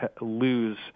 lose